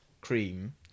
cream